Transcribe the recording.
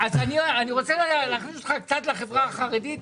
אני רוצה רגע להכניס אותך קצת לחברה החרדית,